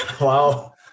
wow